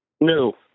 No